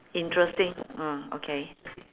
interesting mm okay